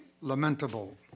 lamentable